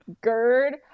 Gerd